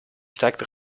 steigt